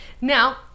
now